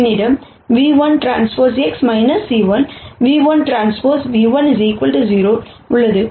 என்னிடம் ν₁TX c1 ν₁T ν₁ 0 உள்ளது